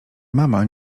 mama